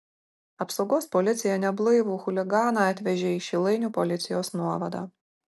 apsaugos policija neblaivų chuliganą atvežė į šilainių policijos nuovadą